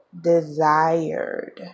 desired